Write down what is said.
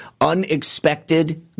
unexpected